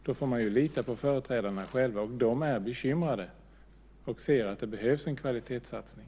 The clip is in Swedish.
Då får man lita på företrädarna själva, och de är bekymrade och ser att det behövs en kvalitetssatsning.